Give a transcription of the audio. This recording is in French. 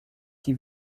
qui